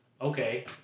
okay